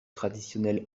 traditionnel